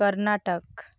Karnataka